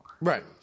Right